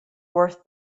worth